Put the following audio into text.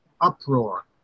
uproar